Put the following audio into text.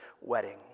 wedding